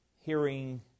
hearing